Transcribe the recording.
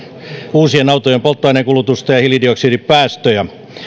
uusien autojen polttoaineenkulutusta ja hiilidioksidipäästöjä